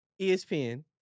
ESPN